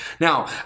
Now